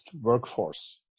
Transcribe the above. Workforce